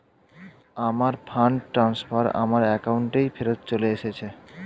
আমার fund transfer আমার অ্যাকাউন্টেই ফেরত চলে এসেছে